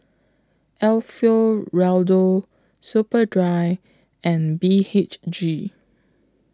Alfio Raldo Superdry and B H G